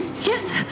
Yes